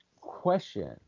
question